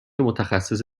متخصص